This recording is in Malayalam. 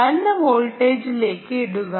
താഴ്ന്ന വോൾട്ടേജിലേക്ക് ഇടുക